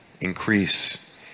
increase